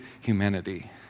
humanity